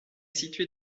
situé